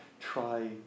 try